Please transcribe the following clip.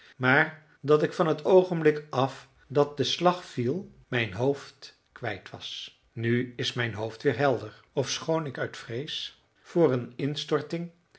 maar dat ik van t oogenblik af dat de slag viel mijn hoofd kwijt was nu is mijn hoofd weer helder ofschoon ik uit vrees voor een instorting